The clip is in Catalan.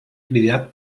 cridat